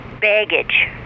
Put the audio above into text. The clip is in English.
baggage